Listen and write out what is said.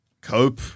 Cope